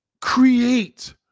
Create